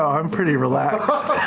i'm pretty relaxed.